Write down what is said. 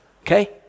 Okay